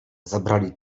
zabrali